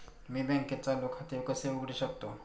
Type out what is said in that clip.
मी बँकेत चालू खाते कसे उघडू शकतो?